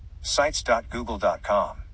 sites.google.com